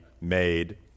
made